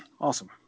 Awesome